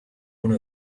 one